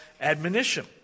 admonition